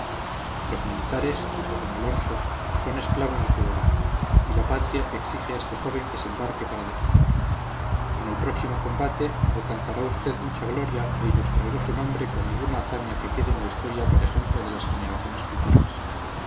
los militares dijo d alonso son esclavos de su deber y la patria exige a este joven que se embarque para defenderla en el próximo combate alcanzará usted mucha gloria e ilustrará su nombre con alguna hazaña que quede en la historia para ejemplo de las generaciones futuras